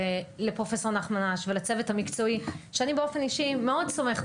שלפרופ' נחמן אש ולצוות המקצועי שאני באופן אישי מאוד סומכת